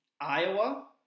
Iowa